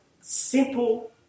simple